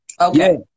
Okay